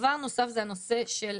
דבר נוסף זה הנושא של,